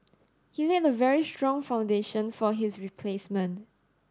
he laid a very strong foundation for his replacement